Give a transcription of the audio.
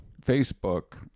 Facebook